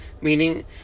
Meaning